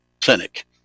Clinic